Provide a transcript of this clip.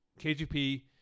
KGP